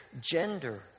gender